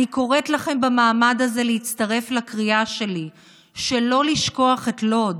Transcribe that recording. אני קוראת לכם במעמד הזה להצטרף לקריאה שלי שלא לשכוח את לוד.